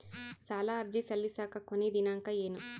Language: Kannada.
ಸಾಲ ಅರ್ಜಿ ಸಲ್ಲಿಸಲಿಕ ಕೊನಿ ದಿನಾಂಕ ಏನು?